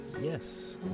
yes